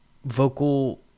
Vocal